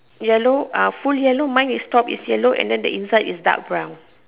yellow ah full yellow mine is top is yellow and then the inside is dark brown